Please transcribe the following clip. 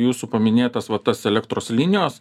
jūsų paminėtas va tas elektros linijos